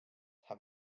have